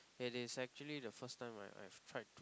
it is actually the first time I I've tried to